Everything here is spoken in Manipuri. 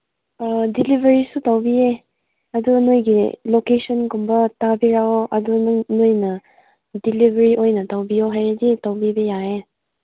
ꯑꯥ ꯗꯤꯂꯤꯕꯔꯤꯁꯨ ꯇꯧꯕꯤꯌꯦ ꯑꯗꯨ ꯅꯣꯏꯒꯤ ꯂꯣꯀꯦꯁꯟꯒꯨꯝꯕ ꯊꯥꯕꯤꯌꯣ ꯑꯗꯨ ꯅꯣꯏꯅ ꯗꯤꯂꯤꯕꯔꯤ ꯑꯣꯏꯅ ꯇꯧꯕꯤꯌꯣ ꯍꯥꯏꯔꯗꯤ ꯇꯧꯕꯤꯕ ꯌꯥꯏꯌꯦ